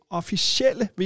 officielle